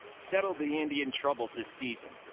settle the indian troubles this season.